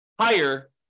higher